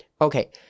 Okay